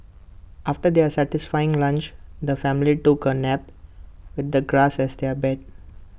after their satisfying lunch the family took A nap with the grass as their bed